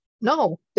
no